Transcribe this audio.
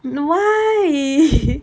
no why